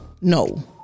No